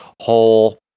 whole